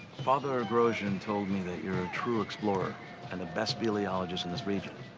father grosjean told me that you're a true explorer and the best bibliologist in this region.